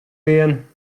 vien